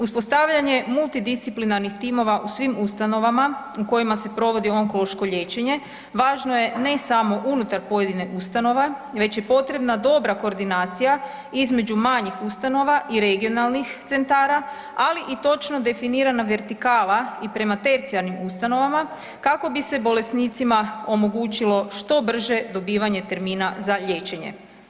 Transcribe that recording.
Uspostavljanje multidisciplinarnih timova u svim ustanovama u kojima se provodi onkološko liječenje važno je ne samo unutar pojedine ustanove već je potrebna dobra koordinacija između manjih ustanova i regionalnih centara, ali i točno definirana vertikala i prema tercijarnim ustanovama kako bi se bolesnicima omogućilo što brže dobivanje termina za liječenje.